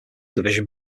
division